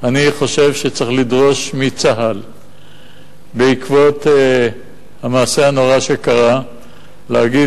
אני חושב שצריך לדרוש מצה"ל בעקבות המעשה הנורא שקרה להגיד